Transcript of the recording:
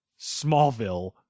Smallville